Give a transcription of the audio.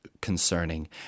concerning